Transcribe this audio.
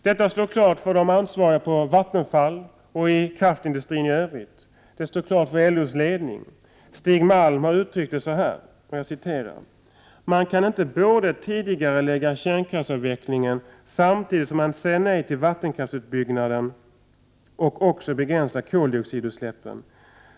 Detta står klart för de ansvariga på Vattenfall och i kraftindustrin i övrigt. Det står klart för LO:s ledning. Stig Malm har uttryckt det så här: ”Man kan inte både tidigarelägga kärnkraftsavvecklingen samtidigt som man säger nej till vattenkraftsutbyggnaden och också begränsa koldioxidutsläppen.